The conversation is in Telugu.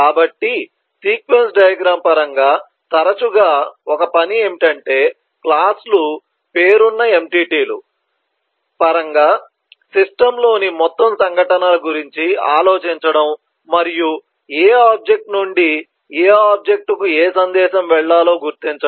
కాబట్టి సీక్వెన్స్ డయాగ్రమ్ పరంగా తరచుగా ఒక పని ఏమిటంటే క్లాస్ లు పేరున్న ఎంటిటీల పరంగా సిస్టమ్లోని మొత్తం సంఘటనల గురించి ఆలోచించడం మరియు ఏ ఆబ్జెక్ట్ నుండి ఏ ఆబ్జెక్ట్ కు ఏ సందేశం వెళ్లాలో గుర్తించడం